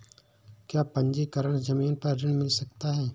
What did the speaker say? क्या पंजीकरण ज़मीन पर ऋण मिल सकता है?